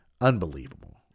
Unbelievable